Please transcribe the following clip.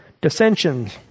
Dissensions